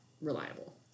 reliable